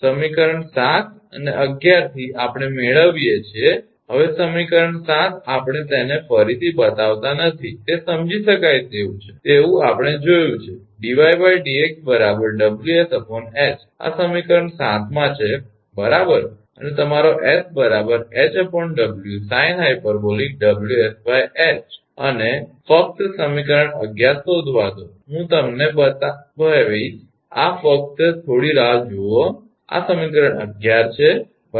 સમીકરણ 7 અને 11 થી આપણે મેળવીએ છીએ હવે સમીકરણ 7 આપણે તેને ફરીથી બતાવતા નથી તે સમજી શકાય તેવું આપણે જોયું છે કે 𝑑𝑦𝑑𝑥 𝑊𝑠𝐻 આ સમીકરણ 7 માં છે બરાબર અને તમારો 𝑠 𝐻𝑊sinh𝑊𝑥𝐻 મને ફક્ત સમીકરણ 11 શોધવા દો હું તમને તે બતાવીશ કે આ ફક્ત થોડી રાહ જુઓ આ સમીકરણ 11 છે બરાબર